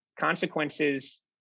consequences